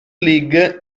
league